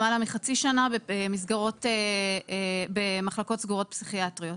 למעלה מחצי שנה במחלקות סגורות פסיכיאטריות.